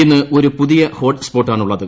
ഇന്ന് ഒരു പുതിയ ഹോട്ട് സ്പോട്ടാണുള്ളത്